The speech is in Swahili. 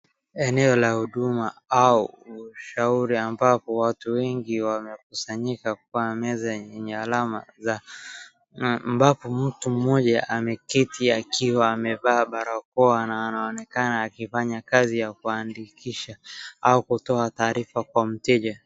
Eneo la huduma au ushauri ambapo watu wengi wamekusanyika kwa meza yenye alama. Ambapo mtu mmoja ameketi akiwa amevaa barakoa na anaonekana akifanya kazi ya kuandikisha au kutoa taarifa kwa mteja.